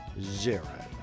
zero